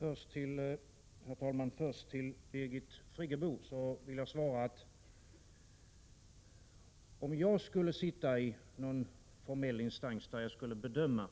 Herr talman! Jag vill först svara Birgit Friggebo, att om jag satt i någon formell instans där jag skulle bedöma